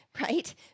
right